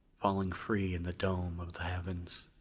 falling free in the dome of the heavens.